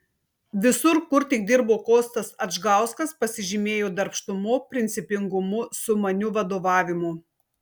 visur kur tik dirbo kostas adžgauskas pasižymėjo darbštumu principingumu sumaniu vadovavimu